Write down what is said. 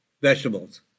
vegetables